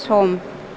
सम